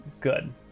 good